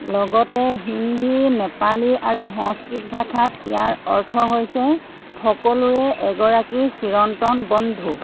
লগতে হিন্দী নেপালী আৰু সংস্কৃত ভাষাত ইয়াৰ অৰ্থ হৈছে সকলোৰে এগৰাকী চিৰন্তন বন্ধু